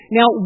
Now